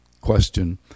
question